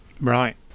Right